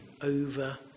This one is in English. over